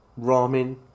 Ramen